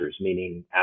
meaning